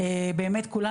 אמת כולם,